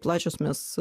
plačios mes